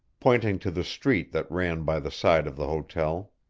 pointing to the street that ran by the side of the hotel.